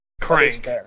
Crank